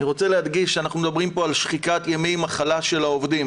אני רוצה להדגיש שאנחנו מדברים פה על שחיקת ימי מחלה של העובדים.